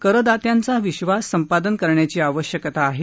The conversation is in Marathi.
करदात्यांचा विश्वास संपादन करण्याची आवश्यकता आहे